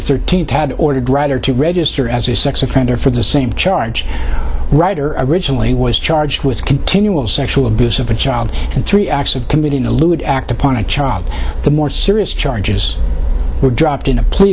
thirteenth had ordered writer to register as a sex offender for the same charge writer originally was charged with continual sexual abuse of a child in three acts of committing a lewd act upon a child the more serious charges were dropped in a pl